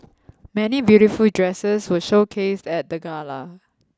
many beautiful dresses were showcased at the gala